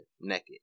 naked